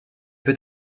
peut